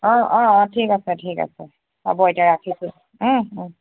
অঁ অঁ অঁ ঠিক আছে ঠিক আছে হ'ব এতিয়া ৰাখিছোঁ